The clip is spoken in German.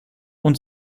und